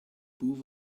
both